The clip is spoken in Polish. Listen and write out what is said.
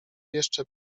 jeszcze